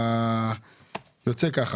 כשהיא צריכה